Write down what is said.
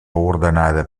ordenada